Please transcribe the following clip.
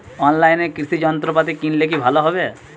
অনলাইনে কৃষি যন্ত্রপাতি কিনলে কি ভালো হবে?